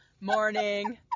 morning